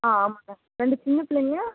ஆ ஆமாண்ண ரெண்டு சின்ன பிள்ளைங்க